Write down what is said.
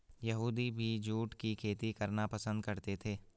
यहूदी भी जूट की खेती करना पसंद करते थे